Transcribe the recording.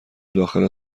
داخل